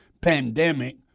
pandemic